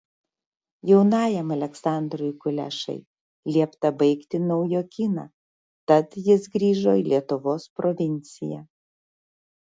jaunajam aleksandrui kulešai liepta baigti naujokyną tad jis grįžo į lietuvos provinciją